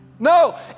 No